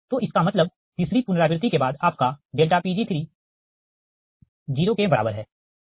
तोइसका मतलब तीसरी पुनरावृति के बाद आपका Pg300हैं